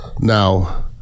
Now